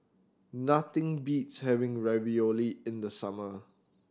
nothing beats having Ravioli in the summer